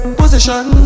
position